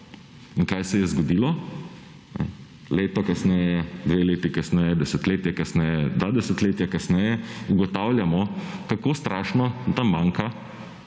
In kaj se je zgodilo, leto kasneje, dve leti kasneje, desetletje kasneje, dva desetletja kasneje ugotavljamo, kako strašno manjka